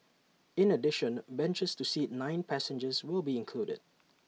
in addition benches to seat nine passengers will be included